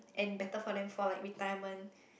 and better for them for like retirement